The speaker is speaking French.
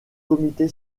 comité